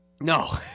No